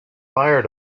fire